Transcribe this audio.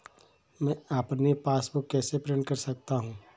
मैं अपनी पासबुक कैसे प्रिंट कर सकता हूँ?